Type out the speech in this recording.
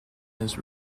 his